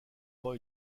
pas